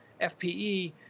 FPE